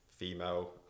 female